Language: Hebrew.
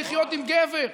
לחיות עם גבר,